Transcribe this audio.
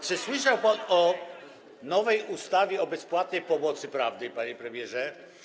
Czy słyszał pan o nowej ustawie o bezpłatnej pomocy prawnej, panie premierze?